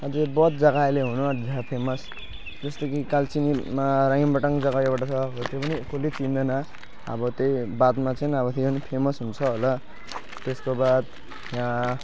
अझै बहुत जग्गा अहिले हुनु जहाँ फेमस जस्तो कि कालचिनीमा राइमटाङ जग्गा एउटा छ हो त्यो पनि कसैले चिन्दैन अब त्यही बादमा चाहिँ अब यो पनि फेमस हुन्छ होला त्यसको बाद यहाँ